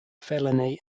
felony